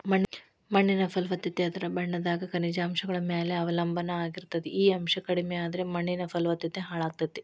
ಮಣ್ಣಿನ ಫಲವತ್ತತೆ ಅದರ ಬಣ್ಣದಾಗ ಖನಿಜಾಂಶಗಳ ಮ್ಯಾಲೆ ಅವಲಂಬನಾ ಆಗಿರ್ತೇತಿ, ಈ ಅಂಶ ಕಡಿಮಿಯಾದ್ರ ಮಣ್ಣಿನ ಫಲವತ್ತತೆ ಹಾಳಾಗ್ತೇತಿ